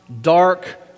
dark